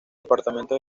departamento